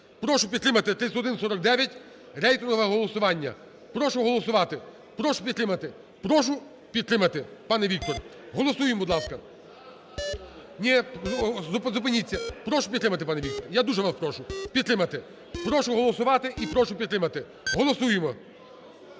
Прошу підтримати 3149 рейтингове голосування. Прошу голосувати. Прошу підтримати. Прошу підтримати, пане Віктор. Голосуємо, будь ласка. Ні, зупиніться. Прошу підтримати, пане Віктор, я дуже вас прошу підтримати. Прошу голосувати і прошу підтримати, голосуємо.